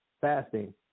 Fasting